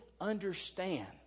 understand